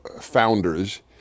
founders